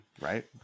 right